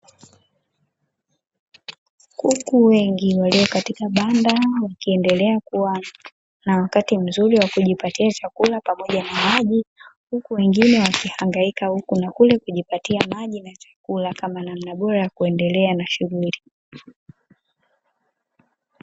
Kuku wengi walio katika banda wakiendelea kuwa na wakati mzuri wa kujipatia chakula pamoja na maji, huku wengine wakihangaika huku na kule kujipatia maji na chakula kama namna bora ya kuendea na shughuli.